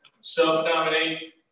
Self-nominate